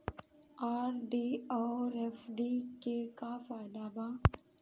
RD आउर FD के का फायदा बा?